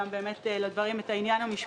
את העניין המשפטי.